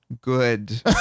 good